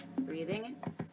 Breathing